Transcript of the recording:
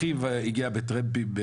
אחיו הגיע בטרמפים,